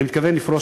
אני מתכוון לפרוש,